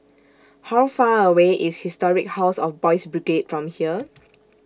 How Far away IS Historic House of Boys' Brigade from here